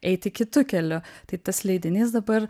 eiti kitu keliu tai tas leidinys dabar